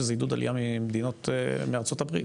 זה עידוד עלייה מארצות הברית.